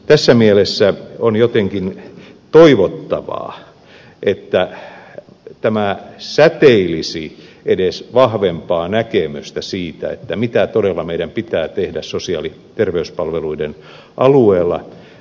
tässä mielessä on jotenkin toivottavaa että tämä säteilisi edes vahvempaa näkemystä siitä mitä meidän todella pitää tehdä sosiaali ja terveyspalveluiden alueella